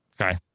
Okay